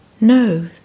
No